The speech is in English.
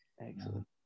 Excellent